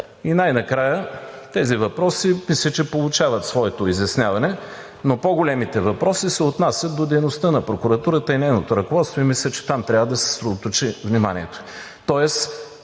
И най-накрая, тези въпроси мисля, че получават своето изясняване, но по-големите въпроси се отнасят до дейността на прокуратурата и нейното ръководство и мисля, че там трябва да се съсредоточи вниманието.